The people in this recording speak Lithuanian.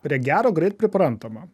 prie gero greit priprantama